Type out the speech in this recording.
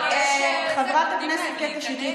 חברת הכנסת קטי שטרית,